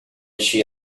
she